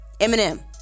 Eminem